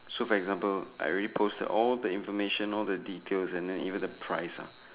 so for example I already posted all the information all the details and then even the price ah